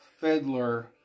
Fiddler